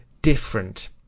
Different